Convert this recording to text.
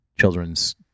children's